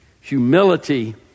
humility